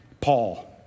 Paul